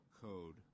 code